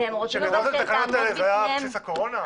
כשכתבתם את התקנות האלה, זה היה על בסיס הקורונה?